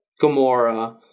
Gamora